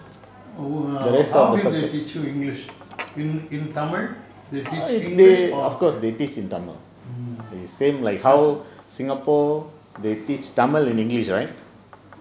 oh how how did they teach you english in in tamil they teach english or mm